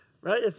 right